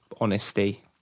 honesty